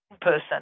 person